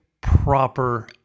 proper